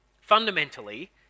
Fundamentally